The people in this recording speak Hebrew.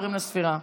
עוברים לספירה.